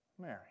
Mary